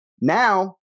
Now